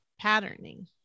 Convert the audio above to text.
Patterning